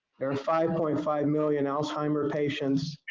there are five point five million alzheimer's patients,